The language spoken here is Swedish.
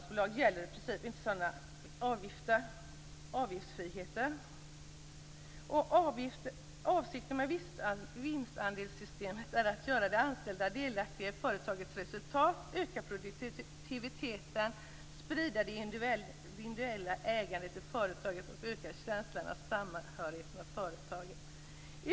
Avsikten med vinstandelssystemet är att göra de anställda delaktiga i företagets resultat, öka produktiviteten, sprida det individuella ägandet i företaget och öka känslan av samhörighet med företaget.